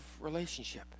relationship